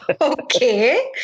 Okay